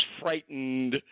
frightened